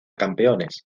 campeones